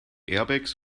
airbags